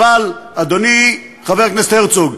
אדוני חבר הכנסת הרצוג,